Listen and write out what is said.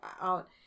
out